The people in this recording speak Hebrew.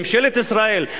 ממשלת ישראל,